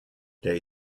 der